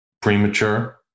premature